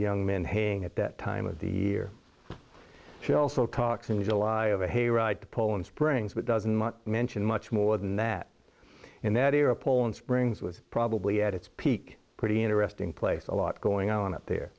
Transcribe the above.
young men hating at that time of the year he also talks in july of a ride to poland springs but doesn't mention much more than that in that era poland springs was probably at its peak pretty interesting place a lot going on up there